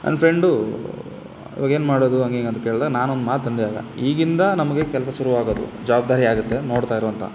ನನ್ನ ಫ್ರೆಂಡು ಇವಾಗ ಏನು ಮಾಡೋದು ಹಾಗೆ ಹೀಗೆ ಅಂತ ಕೇಳಿದ ನಾನು ಒಂದು ಮಾತು ಅಂದೆ ಈಗಿಂದ ನಮಗೆ ಕೆಲಸ ಶುರುವಾಗೋದು ಜವಾಬ್ದಾರಿ ಆಗುತ್ತೆ ನೋಡ್ತಾ ಇರು ಅಂತ